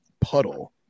puddle